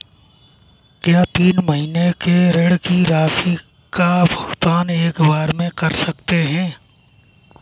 क्या तीन महीने के ऋण की राशि का भुगतान एक बार में कर सकते हैं?